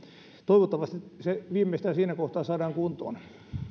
toivottavasti se viimeistään siinä kohtaa saadaan kuntoon